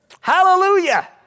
Hallelujah